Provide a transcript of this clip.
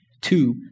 two